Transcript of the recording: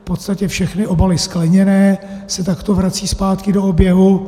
V podstatě všechny obaly skleněné se takto vrací zpátky do oběhu.